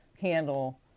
handle